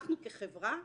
אנחנו כחברה,